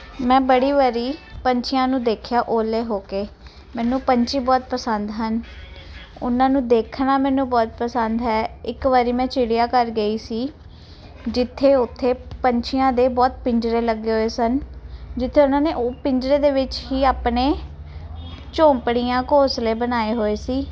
ਮੈਂ ਬੜੀ ਵਾਰੀ ਪੰਛੀਆਂ ਨੂੰ ਦੇਖਿਆ ਓਲੇ ਹੋ ਕੇ ਮੈਨੂੰ ਪੰਛੀ ਬਹੁਤ ਪਸੰਦ ਹਨ ਉਹਨਾਂ ਨੂੰ ਦੇਖਣਾ ਮੈਨੂੰ ਬਹੁਤ ਪਸੰਦ ਹੈ ਇੱਕ ਵਾਰੀ ਮੈਂ ਚਿੜੀਆ ਘਰ ਗਈ ਸੀ ਜਿੱਥੇ ਉੱਥੇ ਪੰਛੀਆਂ ਦੇ ਬਹੁਤ ਪਿੰਜਰੇ ਲੱਗੇ ਹੋਏ ਸਨ ਜਿੱਥੇ ਉਹਨਾਂ ਨੇ ਉਹ ਪਿੰਜਰੇ ਦੇ ਵਿੱਚ ਹੀ ਆਪਣੇ ਝੋਪੜੀਆਂ ਘੋਸਲੇ ਬਣਾਏ ਹੋਏ ਸੀ